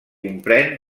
comprén